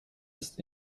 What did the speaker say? ist